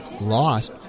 lost